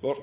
dumt.